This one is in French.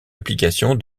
application